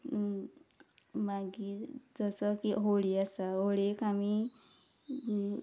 मागीर जसो की होळी आसा होळयेक आमी